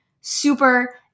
super